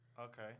Okay